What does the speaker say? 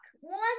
one